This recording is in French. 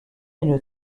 une